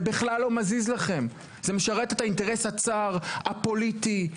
זה משרת את האינטרס הצר, הפוליטי.